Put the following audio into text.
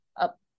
up